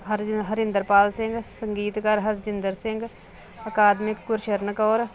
ਹਰਿੰਦਰ ਪਾਲ ਸਿੰਘ ਸੰਗੀਤਕਾਰ ਹਰਜਿੰਦਰ ਸਿੰਘ ਅਕਾਦਮਿਕ ਗੁਰਚਰਨ ਕੌਰ